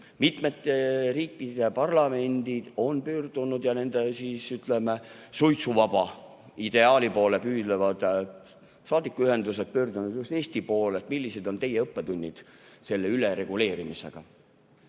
Mitme riigi parlamendid on, ja nende, ütleme, suitsuvaba ideaali poole püüdlevad saadikuühendused, pöördunud just Eesti poole, et millised on teie õppetunnid selle ülereguleerimisega. See